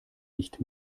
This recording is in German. nicht